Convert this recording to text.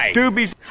doobies